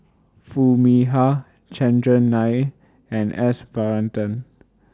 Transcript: Foo Mee Har Chandran Nair and S Varathan